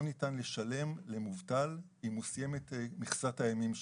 לא ניתן לשלם למובטל אם הוא סיים את מכסת הימים שלו.